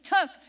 took